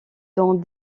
dans